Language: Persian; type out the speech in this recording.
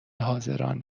حاضران